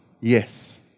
yes